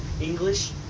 English